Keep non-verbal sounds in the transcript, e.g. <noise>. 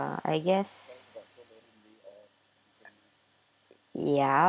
ya I guess <noise> ya